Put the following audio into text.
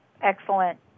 Excellent